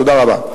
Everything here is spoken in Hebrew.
תודה רבה.